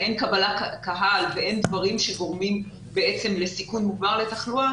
אין קבלת קהל ואין דברים שגורמים לסיכון מוגבר לתחלואה